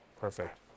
perfect